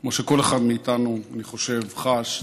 כמו שכל אחד מאיתנו, אני חושב, חש שצריך,